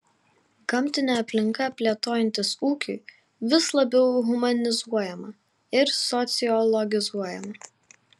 gamtinė aplinka plėtojantis ūkiui vis labiau humanizuojama ir sociologizuojama